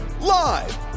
Live